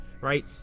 right